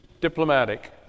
diplomatic